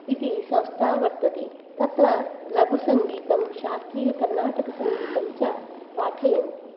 इति संस्था वर्तते तत्र लघुसङ्गीतं शास्त्रीयकर्नाटकसङ्गीतं च पाठयन्ति